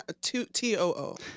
T-O-O